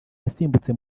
yasimbutse